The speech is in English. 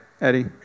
Eddie